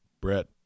Brett